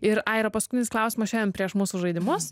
ir aira paskutinis klausimas šiandien prieš mūsų žaidimus